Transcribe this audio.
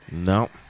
No